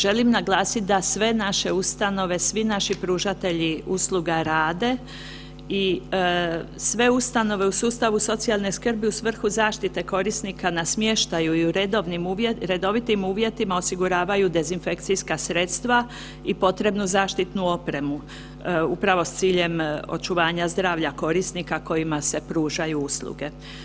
Želim naglasiti da sve naše ustanove, svi naši pružatelji usluga rade i sve ustanove u sustavu socijalne skrbi u svrhu zaštite korisnika na smještaju i u redovitim uvjetima osiguravaju dezinfekcijska sredstva i potrebnu zaštitu opremu upravo s ciljem očuvanja zdravlja korisnika kojima se pružaju usluge.